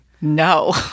No